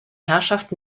herrschaft